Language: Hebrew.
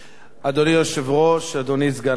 אדוני היושב-ראש, אדוני סגן השר,